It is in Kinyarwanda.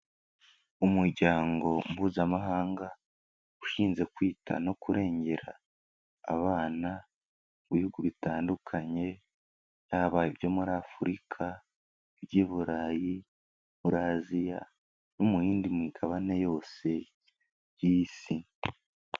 Umuryango mpuzamahanga ushinze kwita no kurengera abana mu bihugu bitandukanye, yaba ibyo muri Afurika, iby'i Burayi, muri Aziya no mu yindi migabane yose y'isi.